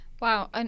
Wow